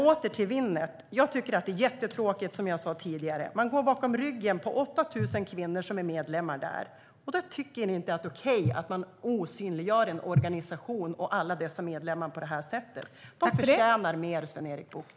Åter till Winnet: Jag tycker att det är jättetråkigt, som jag sa tidigare, att man går bakom ryggen på 8 000 kvinnor som är medlemmar där. Tycker ni att det är okej att osynliggöra en organisation och alla dess medlemmar på det här sättet? De förtjänar mer, Sven-Erik Bucht.